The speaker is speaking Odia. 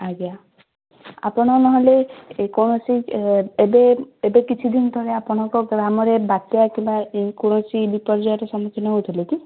ଆଜ୍ଞା ଆପଣ ନହେଲେ ଏ କୌଣସି ଏବେ ଏବେ କିଛି ଦିନ ତଳେ ଆପଣଙ୍କ ଗ୍ରାମରେ ବାତ୍ୟା କିମ୍ବା ଏ କୌଣସି ବିପର୍ଯ୍ୟରେ ସମ୍ମୁଖୀନ ହୋଇଥିଲେ କି